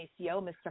Mr